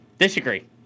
Disagree